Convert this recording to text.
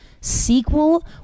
sequel